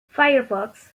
firefox